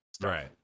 right